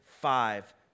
five